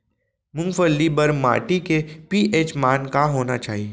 मूंगफली बर माटी के पी.एच मान का होना चाही?